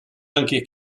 anche